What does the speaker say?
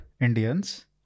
Indians